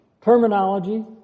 terminology